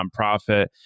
nonprofit